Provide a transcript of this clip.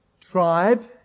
tribe